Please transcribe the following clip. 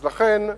אז לכן,